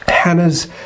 Hannah's